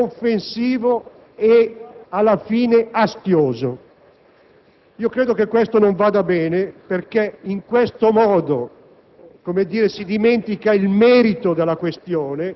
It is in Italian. sotto alcuni aspetti anche offensivo e, alla fine, astioso. Credo che ciò non vada bene perché in questo modo